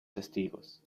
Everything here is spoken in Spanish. testigos